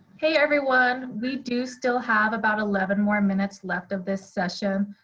hey, everyone. we do still have about eleven more minutes left of this session.